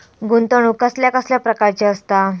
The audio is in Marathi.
गुंतवणूक कसल्या कसल्या प्रकाराची असता?